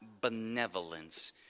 benevolence